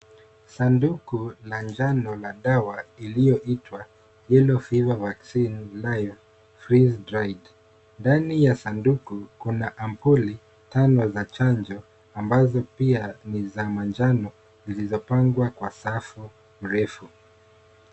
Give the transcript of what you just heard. Saduku la njano la dawa iliyoitwa yellow fever vaccine live freeze dryed , ndani ya saduku kuna ampuli tano za chanjo ambazo pia ni za manjano zilizopangwa kwa safu mrefu.